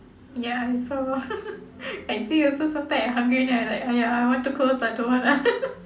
ya I saw I see also sometime I hungry than I like !aiya! I want to close but don't want ah